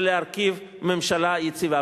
ולהרכיב ממשלה יציבה.